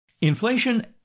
Inflation